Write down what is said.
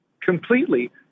completely